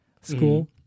school